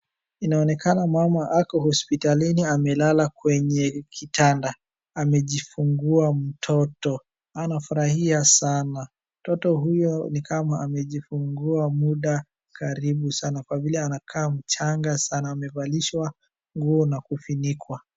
Inaonekana mama ako hospitalini amelala kwenye kitanda. Amejifungua mtoto. Anafurahia sana. Mtoto huyo ni kama amejifungua muda karibu sana. Kwa vile anakaa mchanga sana, amevalishwa nguo na kufunikwa.